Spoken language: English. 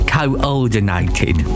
coordinated